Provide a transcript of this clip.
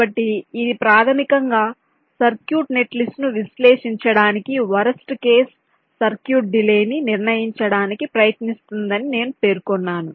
కాబట్టి ఇది ప్రాథమికంగా సర్క్యూట్ నెట్లిస్ట్ను విశ్లేషించడానికి వరస్ట్ కేసు సర్క్యూట్ డిలే ని నిర్ణయించడానికి ప్రయత్నిస్తుందని నేను పేర్కొన్నాను